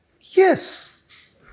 Yes